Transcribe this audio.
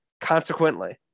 Consequently